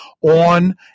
on